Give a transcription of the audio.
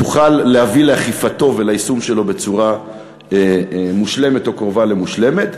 תוכל להביא לאכיפתו וליישום שלו בצורה מושלמת או קרובה למושלמת.